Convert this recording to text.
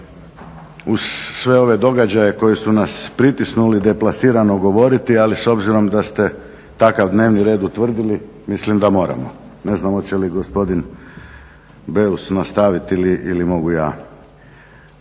uz sve ove događaje koji su nas pritisnuli, deplasirano govoriti, ali s obzirom da ste takav dnevni red utvrdili mislim da moramo. Ne znam hoće li gospodin Beus nastavit ili mogu ja?